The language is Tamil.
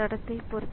தடத்தைப் பொறுத்தது